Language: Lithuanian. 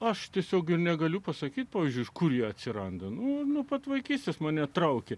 aš tiesiog negaliu pasakyti pavyzdžiui iš kur atsiranda anų nuo pat vaikystės mane traukė